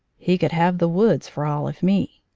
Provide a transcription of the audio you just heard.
he could have the woods, for all of me.